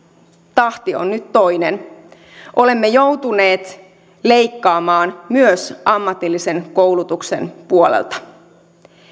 tahti on nyt toinen olemme joutuneet leikkaamaan myös ammatillisen koulutuksen puolelta